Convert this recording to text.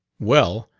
well,